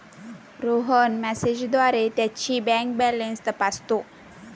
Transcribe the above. रोहन मेसेजद्वारे त्याची bank balance तपासतो